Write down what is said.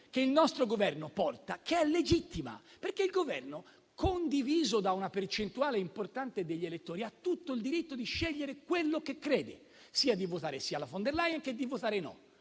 che il nostro Governo porta, che è legittima. Il Governo, condiviso da una percentuale importante degli elettori, ha tutto il diritto di scegliere quello che crede: sia di votare la von der Leyen che di votare no.